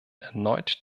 erneut